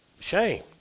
Shame